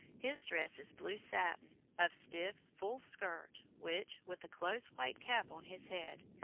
his dress is blue satin, of stiff, full skirt, which, with the close white cap on his head,